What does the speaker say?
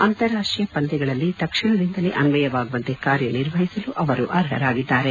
ಅಂತಾರಾಷ್ಷೀಯ ಪಂದ್ಲಗಳಲ್ಲಿ ತಕ್ಷಣದಿಂದಲೇ ಅನ್ವಯವಾಗುವಂತೆ ಕಾರ್ಯನಿರ್ವಹಿಸಲು ಅವರು ಅರ್ಹರಾಗಿದ್ದಾರೆ